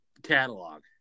catalog